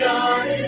God